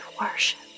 worship